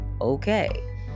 okay